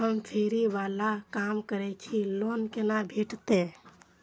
हम फैरी बाला काम करै छी लोन कैना भेटते?